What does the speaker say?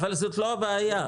אבל זאת לא הבעיה.